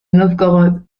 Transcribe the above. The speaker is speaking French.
novgorod